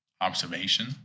observation